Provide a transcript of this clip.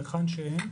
והיכן שאין,